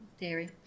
dairy